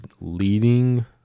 leading